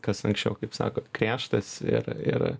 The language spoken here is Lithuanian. kas anksčiau kaip sakot griežtas ir ir